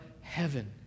heaven